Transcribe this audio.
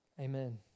Amen